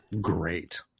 great